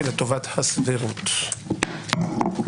11:13.